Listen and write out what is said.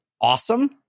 awesome